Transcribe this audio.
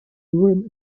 urim